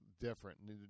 different